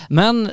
men